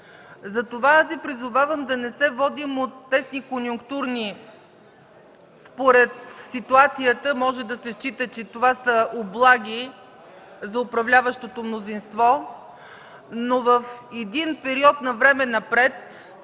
Затова аз Ви призовавам да не се водим от тесни конюнктурни – според ситуацията може да се счита, че това са облаги за управляващото мнозинство, но в един период на време напред